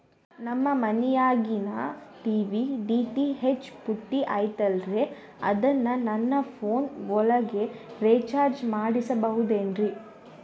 ನಮ್ಮ ಮನಿಯಾಗಿನ TV DTH ಪುಟ್ಟಿ ಐತಲ್ರೇ ಅದನ್ನ ನನ್ನ ಪೋನ್ ಒಳಗ ರೇಚಾರ್ಜ ಮಾಡಸಿಬಹುದೇನ್ರಿ?